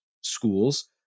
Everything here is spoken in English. schools